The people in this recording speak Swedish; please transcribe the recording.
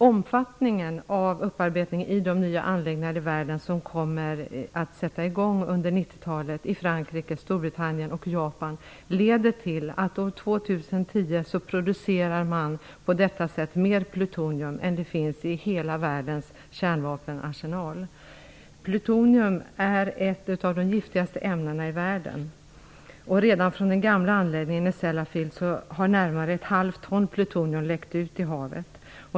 Omfattningen av upparbetningen i de nya anläggningarna som kommer att sätta i gång under 1990-talet i Frankrike, Storbritannien och Japan leder till att man på detta sätt år 2010 kommer att producera mer plutonium än vad som finns i hela världens kärnvapenarsenal. Plutonium är ett av de giftigaste ämnen i världen. Från den gamla anläggningen i Sellafield har närmare ett halvt ton plutonium läckt ut i havet.